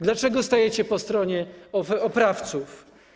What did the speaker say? Dlaczego stajecie po stronie oprawców?